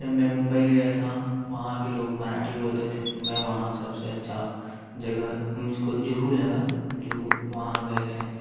जब मैं मुंबई गया था वहाँ के लोग मराठी बोलते थे तो मैं वहाँ सबसे अच्छा जगह मुझको जुहू लगा जुहू वहाँ गए थे